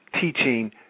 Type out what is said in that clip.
Teaching